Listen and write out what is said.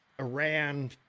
Iran